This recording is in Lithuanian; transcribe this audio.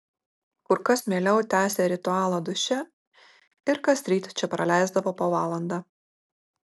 kur kas mieliau tęsė ritualą duše ir kasryt čia praleisdavo po valandą